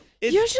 Usually